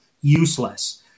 useless